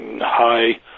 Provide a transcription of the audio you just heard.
high